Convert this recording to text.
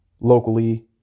locally